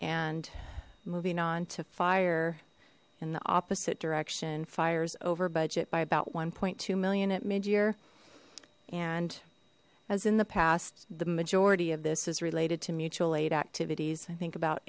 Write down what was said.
and moving on to fire in the opposite direction fires over budget by about one point two million at mid year and as in the past the majority of this is related to mutual aid activities i think about